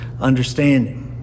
understanding